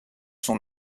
son